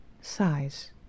size